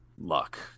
luck